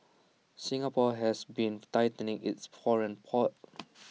Singapore has been tightening its poor